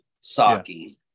sake